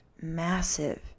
massive